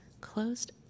closed